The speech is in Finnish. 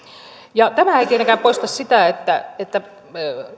ja tämä ei tietenkään poista sitä että että